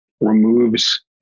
removes